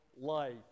life